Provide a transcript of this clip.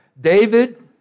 David